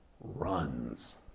runs